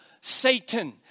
Satan